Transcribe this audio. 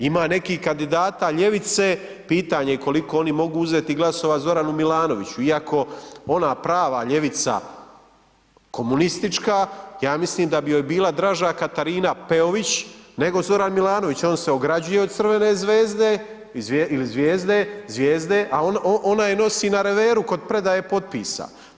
Ima nekih kandidata ljevice, pitanje koliko oni mogu uzeti glasova Zoranu Milanoviću iako ona prava ljevica komunistička, ja mislim da bi joj bila draža Katarina Peović nego Zoran Milanović jer on se ograđuje od crvene zvezde ili zvijezde a ona je nosi na reveru kod predaje potpisa.